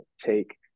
take